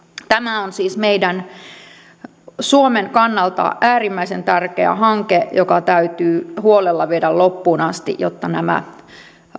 tämä on siis suomen kannalta äärimmäisen tärkeä hanke joka täytyy huolella viedä loppuun asti jotta nämä